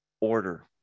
order